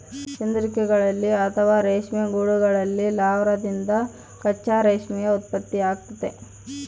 ಚಂದ್ರಿಕೆಗಳಲ್ಲಿ ಅಥವಾ ರೇಷ್ಮೆ ಗೂಡುಗಳಲ್ಲಿ ಲಾರ್ವಾದಿಂದ ಕಚ್ಚಾ ರೇಷ್ಮೆಯ ಉತ್ಪತ್ತಿಯಾಗ್ತತೆ